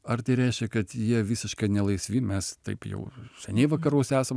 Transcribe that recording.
ar tai reiškia kad jie visiškai ne laisvi mes taip jau seniai vakaruose esam